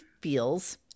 feels